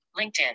LinkedIn